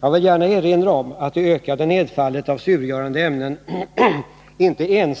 Jag vill gärna erinra om att det ökade nedfallet av surgörande ämnen inte